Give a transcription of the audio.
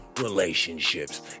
relationships